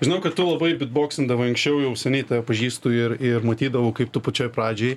žinau kad tu labai bitboksindavai anksčiau jau seniai tave pažįstu ir ir matydavau kaip tu pačioj pradžioj